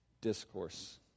Discourse